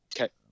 Okay